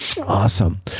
Awesome